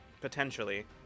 potentially